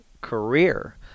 career